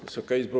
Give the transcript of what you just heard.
Wysoka Izbo!